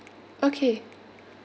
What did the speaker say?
okay